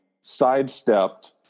sidestepped